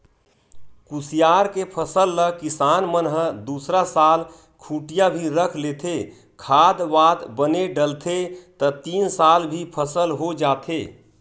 कुसियार के फसल ल किसान मन ह दूसरा साल खूटिया भी रख लेथे, खाद वाद बने डलथे त तीन साल भी फसल हो जाथे